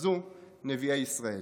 שחזו נביאי ישראל.